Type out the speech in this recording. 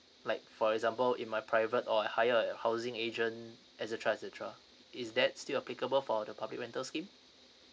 like for example in my private or I hire a housing agent etcetera etcetera is that still applicable for the public rental scheme